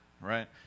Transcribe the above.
right